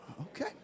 okay